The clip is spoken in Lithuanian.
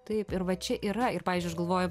taip ir va čia yra ir pavyzdžiui aš galvoju